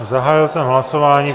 Zahájil jsem hlasování.